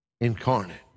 incarnate